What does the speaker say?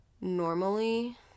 normally